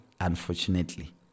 unfortunately